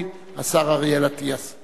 ובהסכמת הממשלה אכן שונתה